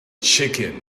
chicken